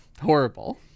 Horrible